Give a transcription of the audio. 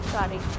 Sorry